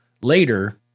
later